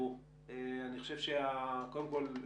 קודם כל,